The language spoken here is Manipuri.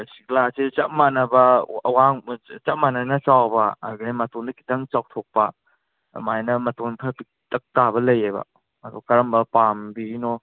ꯒ꯭ꯂꯥꯁꯁꯦ ꯆꯞꯃꯥꯟꯅꯕ ꯑꯋꯥꯡ ꯆꯞ ꯃꯥꯟꯅꯅ ꯆꯥꯎꯕ ꯑꯗꯒꯤ ꯃꯇꯣꯟꯗ ꯈꯤꯇꯪ ꯆꯥꯎꯊꯣꯛꯄ ꯑꯗꯨꯃꯥꯏꯅ ꯃꯇꯣꯟ ꯈꯔ ꯄꯤꯛꯇꯛ ꯇꯥꯕ ꯂꯩꯌꯦꯕ ꯑꯗꯣ ꯀꯔꯝꯕ ꯄꯥꯝꯕꯤꯔꯤꯅꯣ